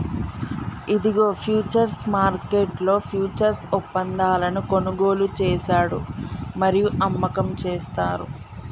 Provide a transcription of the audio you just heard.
ఇదిగో ఫ్యూచర్స్ మార్కెట్లో ఫ్యూచర్స్ ఒప్పందాలను కొనుగోలు చేశాడు మరియు అమ్మకం చేస్తారు